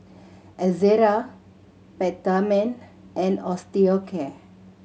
Ezerra Peptamen and Osteocare